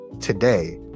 today